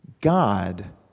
God